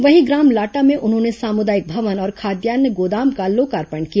वहीं ग्राम लाटा में उन्होंने सामुदायिक भवन और खाद्यान्न गोदाम का लोकार्पण किया